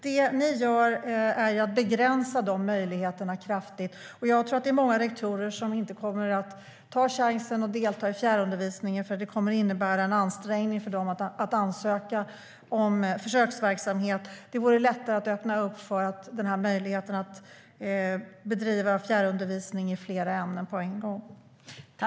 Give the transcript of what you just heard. Det ni gör är att begränsa dessa möjligheter kraftigt.